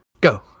go